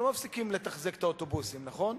אנחנו לא מפסיקים לתחזק את האוטובוסים, נכון?